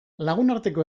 lagunarteko